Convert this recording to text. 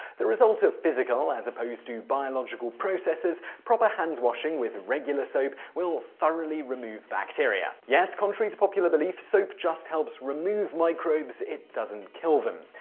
the result of physical, as opposed to biological processes, proper hand washing with regular soap will thoroughly remove bacteria. yes, contrary to popular belief, soap just helps remove microbes, it doesn't kill them.